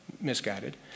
misguided